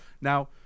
Now